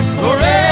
forever